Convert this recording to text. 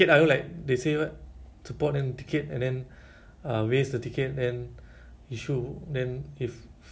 to me it's it's quite um interesting or it's it's quite a